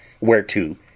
whereto